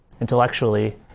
intellectually